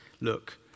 look